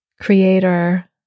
creator